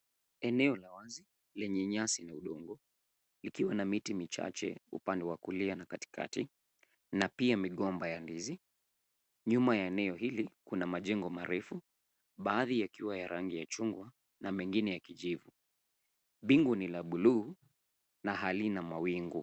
Eneo la wazi lenye nyasi ndogo likiwa na miti michache upande wa kulia na katikati na pia migomba ya ndizi. Nyuma ya eneo hili, kuna majengo marefu baadhi ya kiwa ya rangi ya chungwa na mengine ya kijivu. Mbingu ni la bluu na halina mawingu.